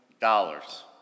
dollars